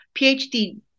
PhD